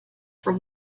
from